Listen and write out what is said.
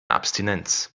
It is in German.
abstinenz